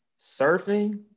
Surfing